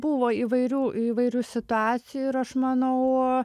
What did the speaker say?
buvo įvairių įvairių situacijų ir aš manau